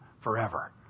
forever